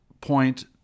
point